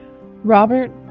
Robert